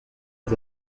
des